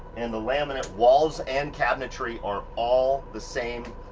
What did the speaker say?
and the laminate walls and cabinetry are all the same